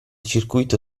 circuito